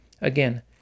Again